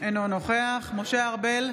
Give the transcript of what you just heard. אינו נוכח משה ארבל,